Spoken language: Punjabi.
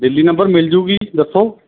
ਦਿੱਲੀ ਨੰਬਰ ਮਿਲ ਜੂਗੀ ਦੱਸੋ